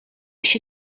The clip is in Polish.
się